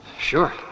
Sure